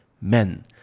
men